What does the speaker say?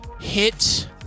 hit